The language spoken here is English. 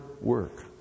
work